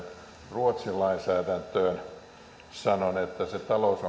ruotsin lainsäädäntöön sanon että se talous